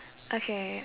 okay